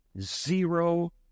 zero